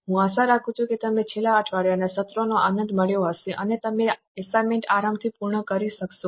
હું આશા રાખું છું કે તમે છેલ્લા અઠવાડિયાના સત્રોનો આનંદ માણ્યો હશે અને તમે અસાઇનમેન્ટને આરામથી પૂર્ણ કરી શકશો